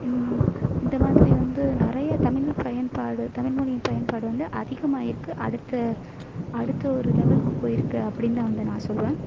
இந்த மாதிரி வந்து நிறையா தமிழ் பயன்பாடு தமிழ்மொழியின் பயன்பாடு வந்து அதிகமாகிருக்கு அடுத்த அடுத்த ஒரு லெவலுக்கு போயிருக்கு அப்படின் தான் வந்து நான் சொல்வேன்